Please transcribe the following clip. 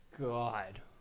God